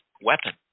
weapon